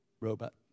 robot